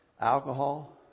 alcohol